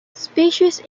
species